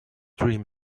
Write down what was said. dream